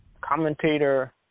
commentator